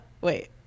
wait